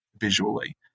visually